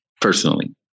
personally